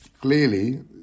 clearly